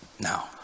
Now